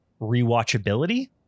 rewatchability